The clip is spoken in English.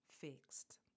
fixed